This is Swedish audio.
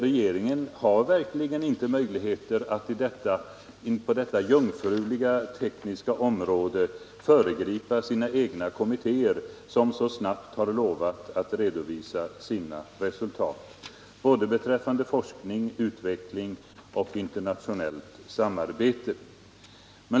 Regeringen har verkligen inte möjligheter att på detta jungfruliga tekniska område föregripa sina egna kommittéer, som så snabbt har lovat att redovisa sina resultat både beträffande forskning och utveckling och beträffande internationellt samarbete.